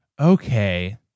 Okay